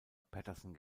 patterson